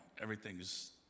everything's